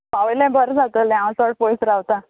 पावल्यार बोरें जातोलें हांव चोड पोयस रावता